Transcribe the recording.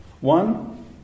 One